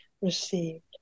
received